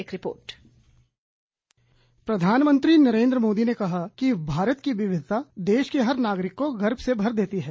एक रिपोर्ट प्रधानमंत्री नरेन्द्र मोदी ने कहा कि भारत की विविधता देश के हर नागरिक को गर्व से भर देती है